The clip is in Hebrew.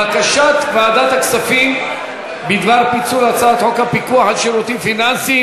בקשת ועדת הכספים בדבר פיצול הצעת חוק הפיקוח על שירותים פיננסיים